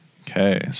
Okay